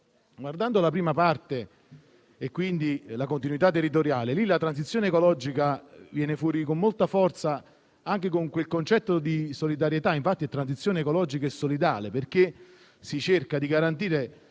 Guardando alla prima parte, quindi alla continuità territoriale, lì la transizione ecologica viene fuori con molta forza anche con quel concetto di solidarietà. La transizione ecologica è solidale, perché si cerca di garantire